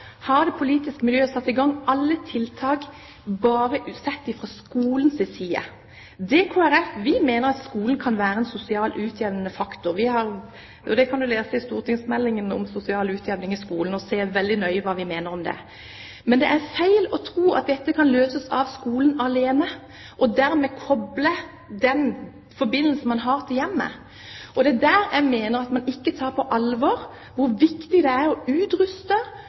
har det politiske miljøet satt i gang tiltak bare sett fra skolens side. Kristelig Folkeparti mener at skolen kan være en sosialt utjevnende faktor. Det kan leses i innstillingen til stortingsmeldingen om sosial utjevning i skolen, der vi sier veldig nøye hva vi mener om det. Men det er feil å tro at dette kan løses av skolen alene; man må koble en forbindelse til hjemmet. Jeg mener at man ikke tar på alvor hvor viktig det er å utruste